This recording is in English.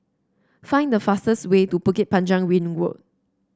find the fastest way to Bukit Panjang Ring Road